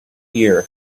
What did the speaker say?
hear